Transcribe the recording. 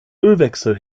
ölwechsel